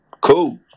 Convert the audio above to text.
Cool